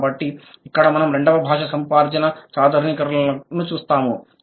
కాబట్టి ఇక్కడ మనం రెండవ భాషా సముపార్జన సాధారణీకరణలను చూస్తాము